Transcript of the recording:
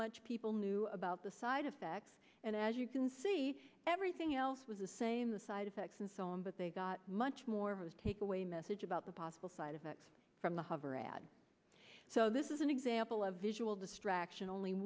much people knew about the side effects and as you can see everything else was the same the side effects and so on but they got much more of a takeaway message about the possible side effects from the hover ad so this is an example of visual distraction only